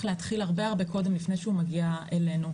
להתחיל הרבה הרבה קודם לפני שהוא מגיע אלינו,